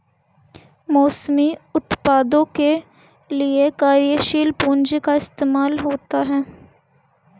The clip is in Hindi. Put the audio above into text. मौसमी उत्पादों के लिये कार्यशील पूंजी का इस्तेमाल होता है